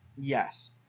yes